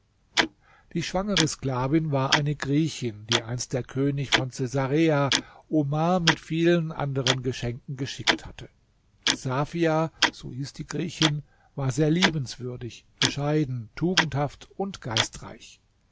die schwangere sklavin war eine griechin die einst der könig von cäsarea omar mit vielen anderen geschenken geschickt hatte safia so hieß die griechin war sehr liebenswürdig bescheiden tugendhaft und geistreich